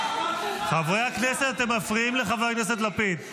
--- חברי הכנסת, אתם מפריעים לחבר הכנסת לפיד.